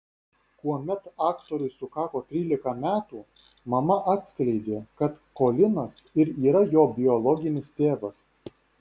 kuomet aktoriui sukako trylika metų mama atskleidė kad kolinas ir yra jo biologinis tėvas